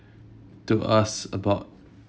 to ask about